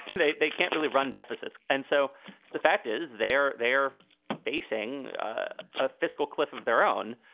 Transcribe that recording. they they can't really run deficits. and so the fact is they're they're facing a fiscal cliff of their own.